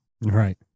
right